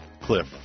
Cliff